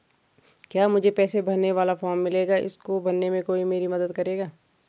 क्या मुझे पैसे भेजने वाला फॉर्म मिलेगा इसको भरने में कोई मेरी मदद करेगा?